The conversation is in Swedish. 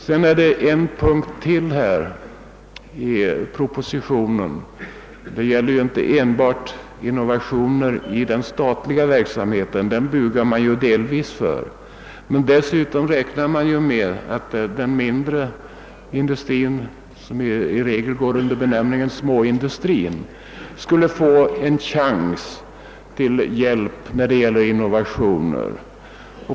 I propositionen finns ytterligare en punkt. Det gäller ju inte här enbart innovationer i den statliga verksamheten — dem bugar man ju delvis för — utan det räknas dessutom med att den mindre industrin som i regel går under benämningen småindustrin skulle få en chans till hjälp beträffande innovationer.